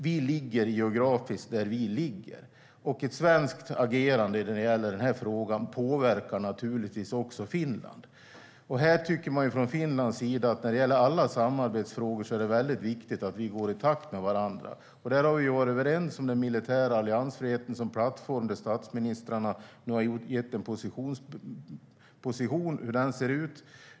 Vi ligger där vi ligger geografiskt, och ett svenskt agerande i den här frågan påverkar naturligtvis också Finland. Från Finlands sida tycker man att det i alla samarbetsfrågor är viktigt att vi går i takt med varandra. Där har vi varit överens om den militära alliansfriheten som plattform. Statsministrarna har angett hur positionen ser ut.